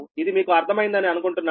ఇది మీకు అర్థం అయిందని అనుకుంటున్నాను